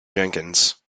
jenkins